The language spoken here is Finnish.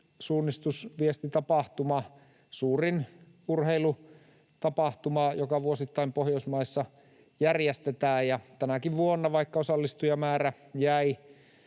suunnistusviestitapahtuma, suurin urheilutapahtuma, joka vuosittain Pohjoismaissa järjestetään, ja tänäkin vuonna, vaikka osallistujamäärä jäi